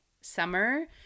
summer